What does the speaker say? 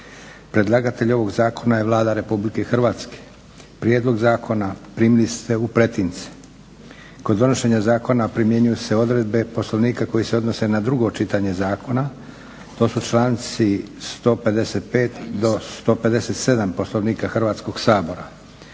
Predlagatelj ovog zakona je Vlada Republike Hrvatske. Prijedlog zakona primili ste u pretince. Kod donošenja zakona primjenjuju se odredbe Poslovnika koje se odnose na drugo čitanje zakona, to su članci 155. do 157. Poslovnika Hrvatskog sabora.